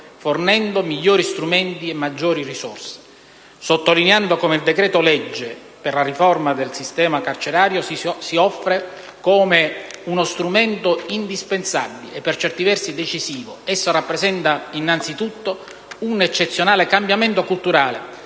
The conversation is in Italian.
fornendo migliori strumenti e maggiori risorse. Sottolineando come il decreto-legge per la riforma del sistema carcerario si offre come uno strumento indispensabile e, per certi versi, decisivo ricordo che esso rappresenta innanzitutto un eccezionale cambiamento culturale,